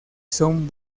son